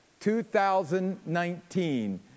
2019